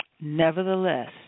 Nevertheless